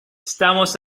estamos